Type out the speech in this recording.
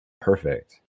perfect